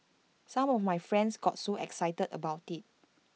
some of my friends got so excited about IT